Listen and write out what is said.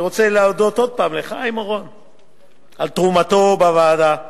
אני רוצה להודות שוב לחיים אורון על תרומתו בוועדה.